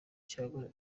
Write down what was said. cyangwa